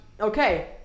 Okay